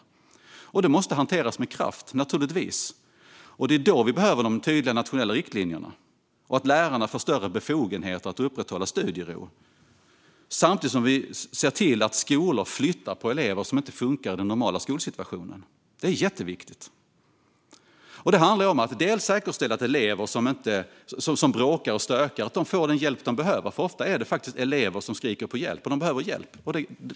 Detta måste naturligtvis hanteras med kraft, och det är då vi behöver de tydliga nationella riktlinjerna. Lärarna måste få större befogenheter att upprätthålla studiero, samtidigt som vi ser till att skolor flyttar på elever som inte funkar i den normala skolsituationen. Det är jätteviktigt. Det handlar om att säkerställa att elever som bråkar och stökar får den hjälp de behöver. Ofta handlar det faktiskt om elever som skriker på hjälp och behöver det.